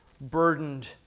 burdened